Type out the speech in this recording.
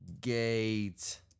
Gate